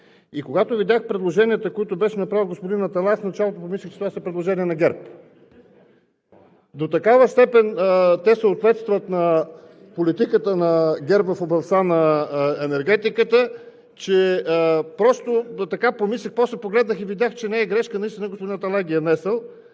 и когато видях предложенията, които беше направил господин Аталай, в началото помислих, че това са предложения на ГЕРБ. До такава степен те съответстват на политиката на ГЕРБ в областта на енергетиката, че така помислих. После погледнах и видях, че не е грешка, наистина господин Аталай ги е внесъл.